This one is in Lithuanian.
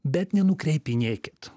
bet nenukreipinėkit